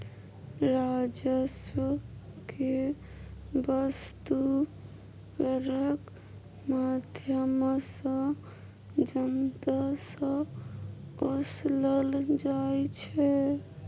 राजस्व केँ बस्तु करक माध्यमसँ जनता सँ ओसलल जाइ छै